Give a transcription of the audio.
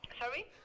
Sorry